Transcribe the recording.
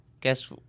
Guess